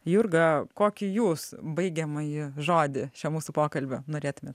jurga kokį jūs baigiamąjį žodį šio mūsų pokalbio norėtumėt